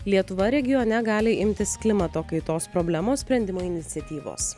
lietuva regione gali imtis klimato kaitos problemos sprendimo iniciatyvos